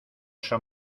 san